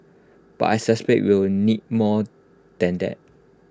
but I suspect we will need more than that